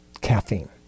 caffeine